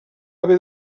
haver